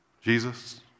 Jesus